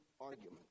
argument